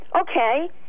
Okay